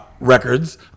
records